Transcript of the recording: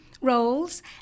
roles